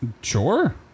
Sure